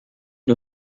nur